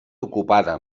ocupada